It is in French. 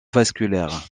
vasculaire